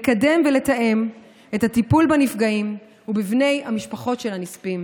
לקדם ולתאם את הטיפול בנפגעים ובבני המשפחות של הנספים.